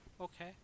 Okay